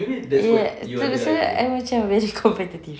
ya so I macam very competitive